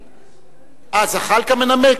אה, זחאלקה מנמק?